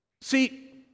See